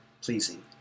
pleasing